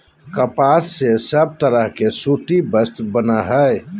कपास से सब तरह के सूती वस्त्र बनय हय